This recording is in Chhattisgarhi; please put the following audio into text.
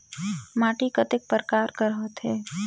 माटी कतेक परकार कर होथे?